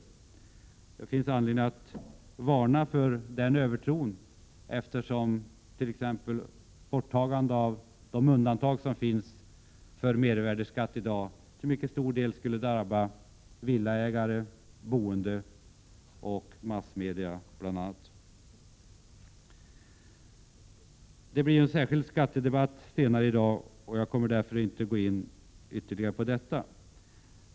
Det finns anledning att varna — Prot. 1987/88:137 för denna övertro, eftersom t.ex. borttagande av de undantag som finns från 9 juni 1988 mervärdeskatt i dag till mycket stor del skulle drabba villaägare, boende och massmedia bl.a. Det blir ju en skattedebatt senare i dag, och jag kommer därför inte att gå ytterligare in på detta.